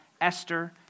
Esther